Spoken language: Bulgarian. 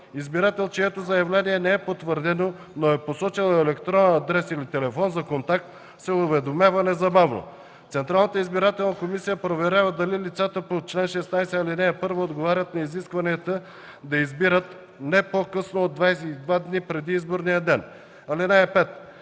Избирател, чието заявление не е потвърдено, но е посочил електронен адрес или телефон за контакт, се уведомява незабавно. (4) Централната избирателна комисия проверява дали лицата по чл. 16, ал. 1 отговарят на изискванията да избират не по-късно от 22 дни преди изборния ден. (5)